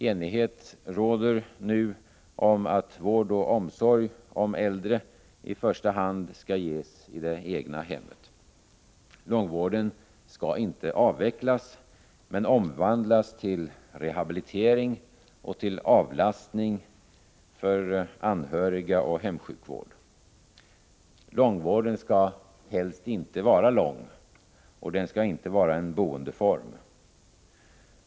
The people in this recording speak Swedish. Enighet råder nu om att vård och omsorg om äldre i första hand skall ges i det egna hemmet. Långvården skall inte avvecklas men omvandlas till rehabilitering, till avlastning för anhöriga och till hemsjukvård. Långvården skall helst inte vara lång, och den skall inte vara en boendeform.